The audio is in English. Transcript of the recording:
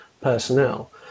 personnel